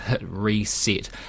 reset